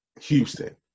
Houston